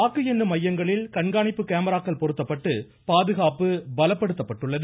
வாக்கு எண்ணும் மையங்களில் கண்காணிப்பு கேமராக்கள் பொருத்தப்பட்டு பாதுகாப்பு பலப்படுத்தப்பட்டுள்ளது